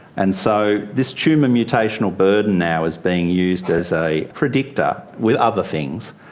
and so this tumour mutational burden now is being used as a predictor, with other things,